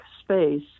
space